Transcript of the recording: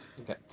Okay